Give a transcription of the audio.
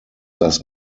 das